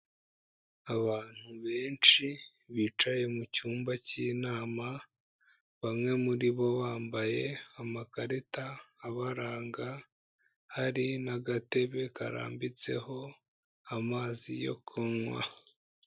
Abantu benshi bicaye mu cyumba cy'inama, bamwe muri bo bambaye amakarita abaranga hari n'agatebe karambitseho amazi yo kunywa.